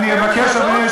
אני מוסיף דקה.